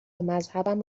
مذهبم